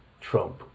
Trump